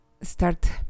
start